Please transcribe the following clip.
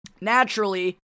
naturally